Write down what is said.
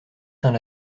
saint